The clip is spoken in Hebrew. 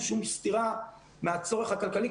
אין שום סתירה מהצורך הכלכלי.